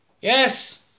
Yes